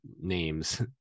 names